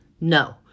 No